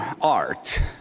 art